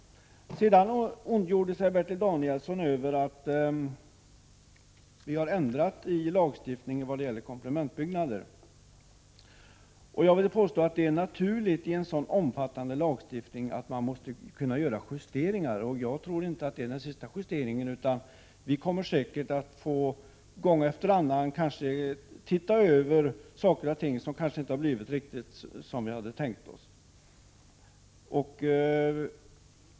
Sedan ondgjorde sig Bertil Danielsson över att vi har ändrat i lagstiftningen när det gäller komplementbyggnader. Jag vill påstå att det är naturligt att man gör justeringar i en så omfattande lagstiftning. Jag tror inte att det är den sista justeringen — vi kommer säkert att gång efter annan få se över saker och ting som kanske inte blivit riktigt som vi hade tänkt oss.